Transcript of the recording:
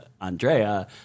Andrea